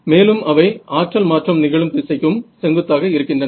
மேலும் அவை ஆற்றல் மாற்றம் நிகழும் திசைக்கும் செங்குத்தாக இருக்கின்றன